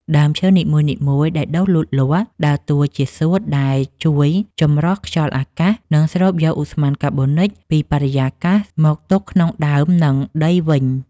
ដើមឈើនីមួយៗដែលដុះលូតលាស់ ដើរតួជា សួត ដែលជួយចម្រោះខ្យល់អាកាស និងស្រូបយកឧស្ម័នកាបូនិកពីបរិយាកាសមកទុកក្នុងដើម និងដីវិញ។